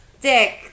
dick